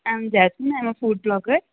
M Jasmine I'm a food vlogger